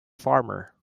farmer